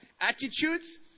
attitudes